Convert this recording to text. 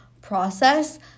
process